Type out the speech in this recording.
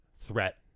threat